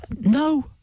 No